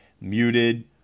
muted